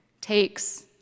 takes